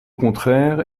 contraire